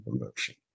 emotion